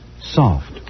Soft